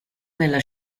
nella